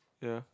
ya